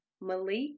Malik